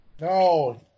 no